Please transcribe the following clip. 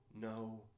no